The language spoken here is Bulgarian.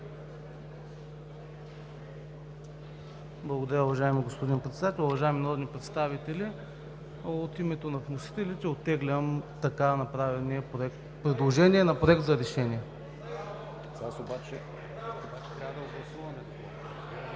Благодаря, уважаеми господин Председател. Уважаеми народни представители, от името на вносителите оттеглям така направеното предложение на Проект за решение.